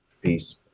Peace